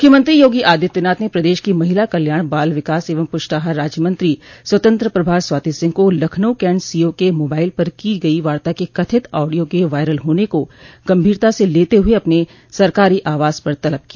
मुख्यमंत्री योगी आदित्यनाथ ने प्रदेश की महिला कल्याण बाल विकास एवं पुष्टाहार राज्य मंत्री स्वतंत्र प्रभार स्वाति सिंह को लखनऊ कैन्ट सीओ के मोबाइल पर की गयी वार्ता के कथित आडियो के वायरल होने को गम्भीरता से लेते हुए अपने सरकारी आवास पर तलब किया